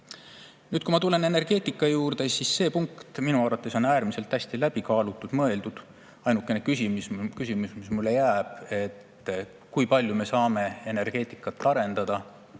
Nüüd, kui ma tulen energeetika juurde, siis see punkt minu arvates on äärmiselt hästi läbi kaalutud, läbi mõeldud. Ainukene küsimus, mis mul jääb, on see: kui palju me saame energeetikat arendada,